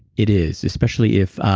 it is, especially if.